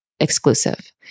exclusive